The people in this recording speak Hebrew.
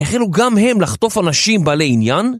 החלו גם הם לחטוף אנשים בעלי עניין?